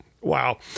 Wow